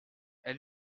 elle